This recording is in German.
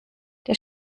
der